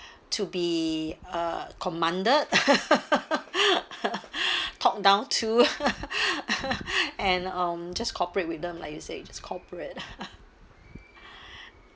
to be uh commanded talked down to and um just cooperate with them like you said just cooperate